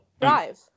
drive